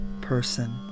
person